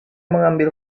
mengambil